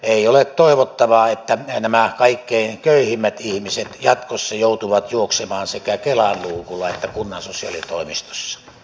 ei ole toivottavaa että nämä kaikkein köyhimmät ihmiset jatkossa joutuvat juoksemaan sekä kelan luukulla että kunnan sosiaalitoimisto s